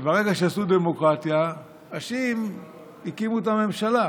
וברגע שעשו דמוקרטיה השיעים הקימו את הממשלה.